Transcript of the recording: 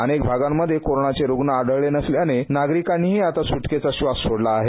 अनेक भागांमधे कोरोनाचे रुग्ण आढळले नसल्याने नागरिकांनीही आता सुटकेचा श्वास सोडला आहे